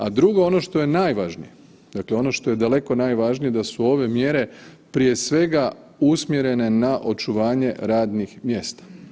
A drugo ono što je najvažnije, dakle ono što je daleko najvažnije da su ove mjere prije svega usmjerene na očuvanje radnih mjesta.